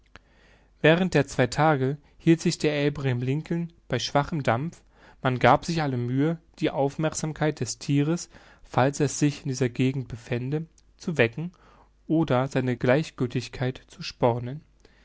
während der zwei tage hielt sich der abraham lincoln bei schwachem dampf man gab sich alle mühe die aufmerksamkeit des thieres falls es sich in dieser gegend befände zu wecken oder seine gleichgiltigkeit zu